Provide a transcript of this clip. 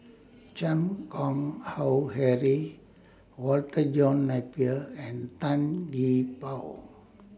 Chan Keng Howe Harry Walter John Napier and Tan Gee Paw